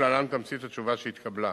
ולהלן תמצית התשובה שהתקבלה: